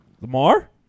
Lamar